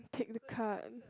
take the card